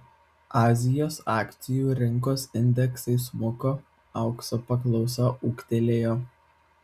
azijos akcijų rinkos indeksai smuko aukso paklausa ūgtelėjo